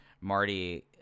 Marty